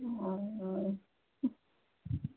ओ